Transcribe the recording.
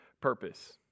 purpose